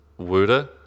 Wuda